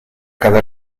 cada